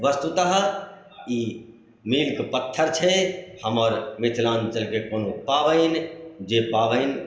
वस्तुतः ई मीलके पत्थर छै हमर मिथिलाञ्चलके कोनो पाबनि जे पाबनि